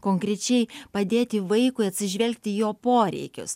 konkrečiai padėti vaikui atsižvelgti į jo poreikius